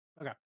Okay